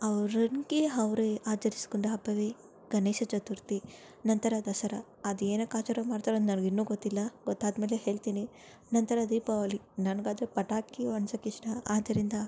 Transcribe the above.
ಅವ್ರಿಗೆ ಅವ್ರೇ ಆಚರಿಸ್ಕೊಂಡ ಹಬ್ಬವೇ ಗಣೇಶ ಚತುರ್ಥಿ ನಂತರ ದಸರಾ ಅದೇತಕ್ಕೆ ಆಚಾರ ಮಾಡ್ತಾರಂತ ನನಗಿನ್ನೂ ಗೊತ್ತಿಲ್ಲ ಗೊತ್ತಾದಮೇಲೆ ಹೇಳ್ತೀನಿ ನಂತರ ದೀಪಾವಳಿ ನನ್ಗದು ಪಟಾಕಿ ಹೊಡ್ಸಕಿಷ್ಟ ಆದ್ದರಿಂದ